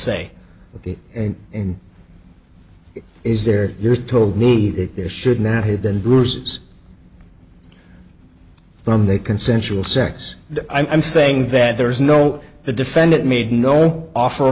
ok and is there you're told me that there should not have been bruises from that consensual sex i'm saying that there is no the defendant made no offer